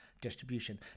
distribution